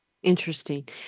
Interesting